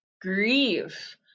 grieve